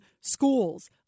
schools